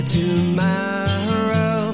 tomorrow